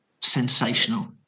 sensational